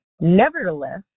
Nevertheless